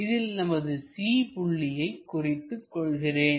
இதில் நமது C புள்ளியை குறித்துக் கொள்கிறேன்